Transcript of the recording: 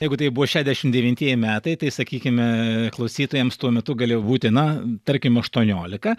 jeigu tai buvo šešiasdešimt devintieji metai tai sakykime klausytojams tuo metu galėjo būti na tarkim aštuoniolika